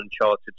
uncharted